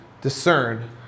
discern